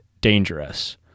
dangerous